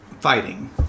fighting